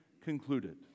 concluded